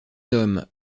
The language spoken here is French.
hommes